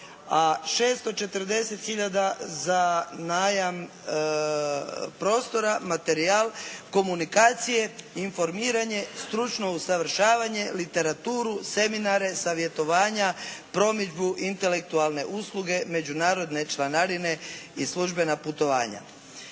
a 640 hiljada za najam prostora, materijal, komunikacije, informiranje, stručno usavršavanje, literaturu, seminare, savjetovanja, promidžbu intelektualne usluge, međunarodne članarine i službena putovanja.